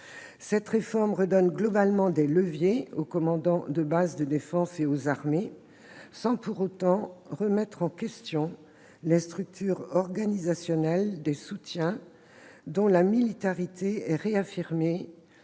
Cette réforme redonne globalement des leviers aux commandants des bases de défense et aux armées sans pour autant remettre en question les structures organisationnelles des soutiens dont la « militarité » est réaffirmée